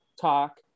talk